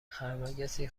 خرمگسی